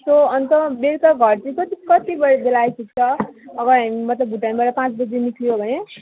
त्यो अन्त बेलुका घर चाहिँ कति कति बजी बेला आइपुग्छ अब हामी मतलब भोटाङबाट पाँच बजी निस्कियो भने